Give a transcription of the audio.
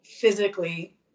physically